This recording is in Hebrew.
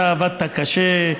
אתה עבדת קשה,